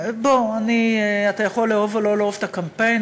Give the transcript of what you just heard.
אתה יכול לאהוב או לא לאהוב את הקמפיין.